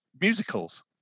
musicals